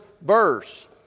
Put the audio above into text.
verse